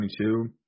22